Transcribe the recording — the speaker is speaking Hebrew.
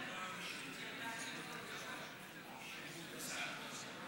סעיפים 2 3, כהצעת הוועדה, נתקבלו.